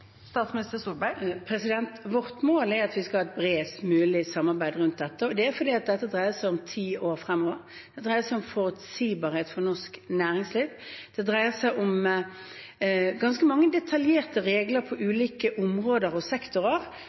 Vårt mål er at vi skal ha et bredest mulig samarbeid om dette. Det er fordi dette dreier seg om ti år fremover. Det dreier seg om forutsigbarhet for norsk næringsliv. Det dreier seg om ganske mange detaljerte regler på ulike områder og sektorer,